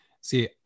See